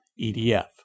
EDF